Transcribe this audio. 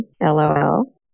lol